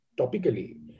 topically